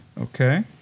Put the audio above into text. Okay